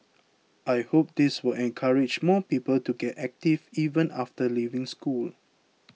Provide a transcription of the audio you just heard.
I hope this will encourage more people to get active even after leaving school